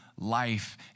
life